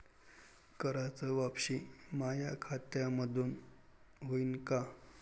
कराच वापसी माया खात्यामंधून होईन का?